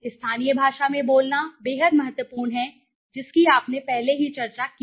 स्थानीय भाषा में बोलना बेहद महत्वपूर्ण है जिसकी आपने पहले ही चर्चा की है